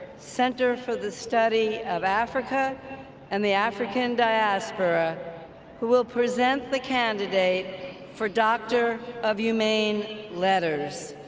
center for the study of africa and the african diaspora who will present the candidate for doctor of humane letters.